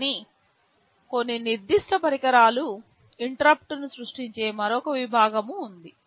కానీ కొన్ని నిర్దిష్ట పరికరాలు ఇంటరుప్పుట్లును సృష్టించే మరొక విభాగం ఉంది